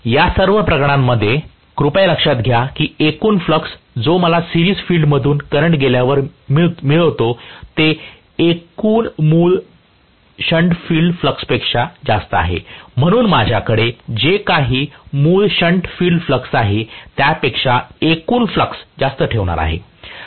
तर या सर्व प्रकरणांमध्ये कृपया लक्षात घ्या की एकूण फ्लक्स जो मला सिरिज फील्ड मधून करंट गेल्यावर मिळवितो ते एकूण मूळ शंट फील्ड फ्लक्सपेक्षा जास्त आहे म्हणून माझ्याकडे जे काही मूळ शंट फील्ड फ्लक्स आहे त्यापेक्षा एकूण फ्लक्स जास्त ठेवणार आहे